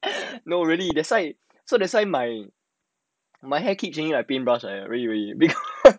no really that's why so that's why my hair keep changing like paintbrush like that because